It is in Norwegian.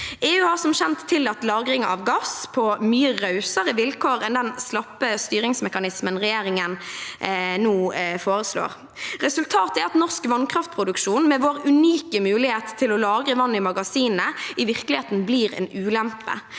EU har som kjent tillatt lagring av gass på mye rausere vilkår enn den slappe styringsmekanismen regjeringen nå foreslår. Resultatet er at norsk vannkraftproduksjon – med vår unike mulighet til å lagre vann i magasinene – i virkeligheten blir en ulempe.